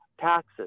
taxes